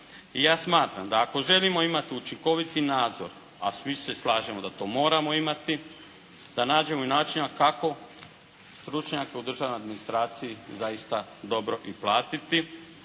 I ja smatram da ako želimo imati učinkoviti nadzor a svi se slažemo da to moramo imati da nađemo načina kako stručnjake u državnoj administraciji zaista dobro i platiti.